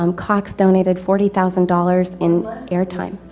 um cox donated forty thousand dollars in airtime.